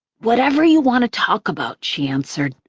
whatever you want to talk about, she answered.